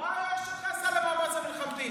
--- מה היו"ר שלך עשה למאמץ המלחמתי?